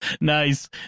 Nice